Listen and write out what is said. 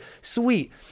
sweet